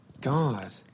God